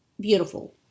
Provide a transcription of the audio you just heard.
beautiful